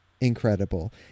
Incredible